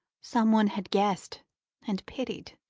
some one had guessed and pitied.